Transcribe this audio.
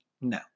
No